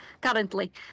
currently